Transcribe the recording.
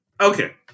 Okay